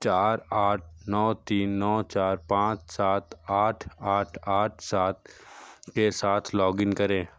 चार आठ नौ तीन नौ चार पाँच सात आठ आठ आठ सात के साथ लॉगिन करें